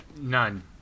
None